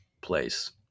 place